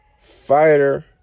fighter